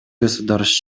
государств